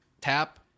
Tap